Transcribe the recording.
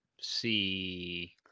see